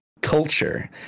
culture